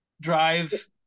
drive